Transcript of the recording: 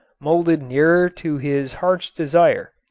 molded nearer to his heart's desire.